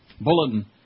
Bulletin